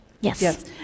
Yes